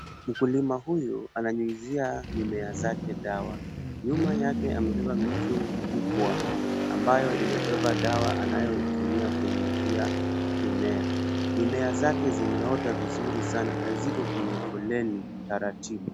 Mkulima huyu ananyunyuzia mimea zake dawa. Nyuma yake amebeba mitungi kubwa ambayo imebeba dawa ambayo anayotumia kunyunyuzia mimea. Mimea zake zimeota vizuri sana na ziko kwenye foleni taratibu.